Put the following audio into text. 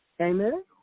Amen